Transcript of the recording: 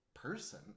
person